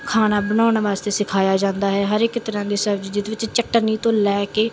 ਖਾਣਾ ਬਣਾਉਣਾ ਵਾਸਤੇ ਸਿਖਾਇਆ ਜਾਂਦਾ ਹੈ ਹਰ ਇੱਕ ਤਰ੍ਹਾਂ ਦੀ ਸਬਜ਼ੀ ਜਿਹਦੇ ਵਿੱਚ ਚਟਨੀ ਤੋਂ ਲੈ ਕੇ